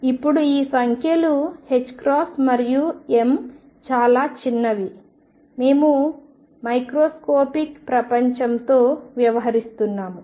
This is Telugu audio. ఇప్పుడు ఈ సంఖ్యలు మరియు m చాలా చిన్నవి మేము మైక్రోస్కోపిక్ ప్రపంచంతో వ్యవహరిస్తున్నాము